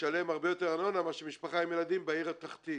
לשלם הרבה יותר ארנונה מאשר משפחה עם ילדים בעיר התחתית.